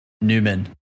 Newman